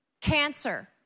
Cancer